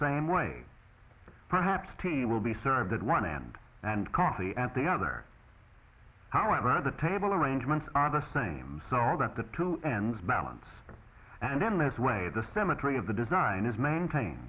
same way perhaps a team will be served at one end and coffee at the other hour around the table arrangements are the same so that the two ends balance and then as way the cemetery of the design is maintain